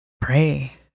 pray